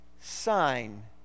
Sign